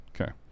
okay